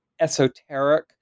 esoteric